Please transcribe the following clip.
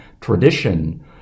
tradition